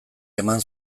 eman